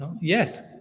Yes